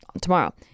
tomorrow